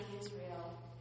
Israel